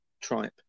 tripe